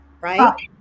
right